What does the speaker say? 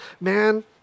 man